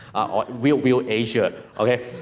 or real, real asia, ok.